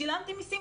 שילמתי מיסים,